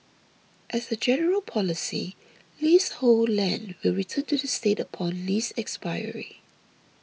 as a general policy leasehold land will return to the state upon lease expiry